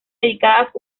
dedicadas